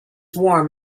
warm